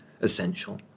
essential